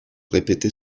répéter